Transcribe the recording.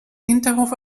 hinterhof